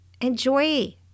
enjoy